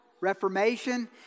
reformation